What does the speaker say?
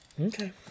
Okay